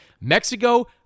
Mexico